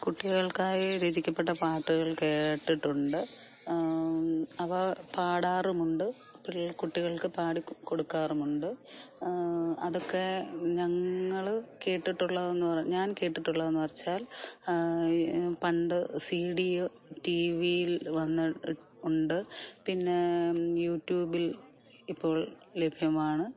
കുട്ടികൾക്കായി രചിക്കപ്പെട്ട പാട്ടുകൾ കേട്ടിട്ടുണ്ട് അവ പാടാറുമുണ്ട് പിള്ള കുട്ടികൾക്ക് പാടികൊടുക്കാറുമുണ്ട് അതൊക്കെ ഞങ്ങൾ കേട്ടിട്ടുള്ളതെന്ന് പ ഞാൻ കേട്ടിട്ടുള്ളതെന്നു വെച്ചാൽ പണ്ട് സി ഡി ടി വിയിൽ വന്ന് ഉണ്ട് പിന്നെ യൂട്യൂബിൽ ഇപ്പോൾ ലഭ്യമാണ്